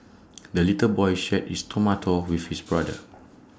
the little boy shared his tomato with his brother